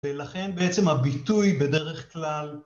ולכן בעצם הביטוי בדרך כלל